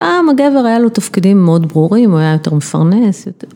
פעם הגבר היה לו תפקידים מאוד ברורים, הוא היה יותר מפרנס יותר..